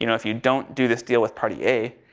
you know if you don't do this deal with party a,